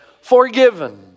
Forgiven